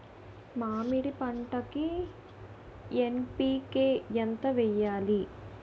మామిడి పంటకి ఎన్.పీ.కే ఎంత వెయ్యాలి?